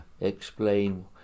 explain